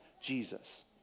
Jesus